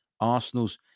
Arsenal's